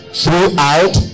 throughout